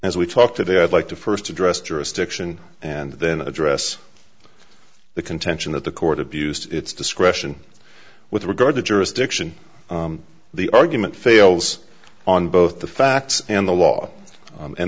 as we talk today i'd like to first address jurisdiction and then address the contention that the court abused its discretion with regard to jurisdiction the argument fails on both the facts and the law and